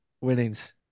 winnings